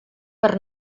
per